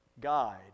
guide